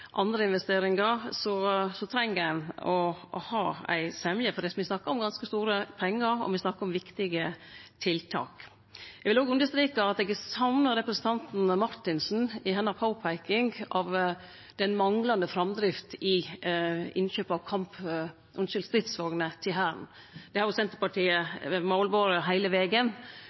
andre investeringar, treng ein å ha ei semje, for me snakkar om ganske store pengar, og me snakkar om viktige tiltak. Eg vil òg understreke at eg er samd med representanten Marthinsen i påpeikinga hennar av den manglande framdrifta når det gjeld innkjøp av stridsvogner til Hæren. Det har òg Senterpartiet målbore heile vegen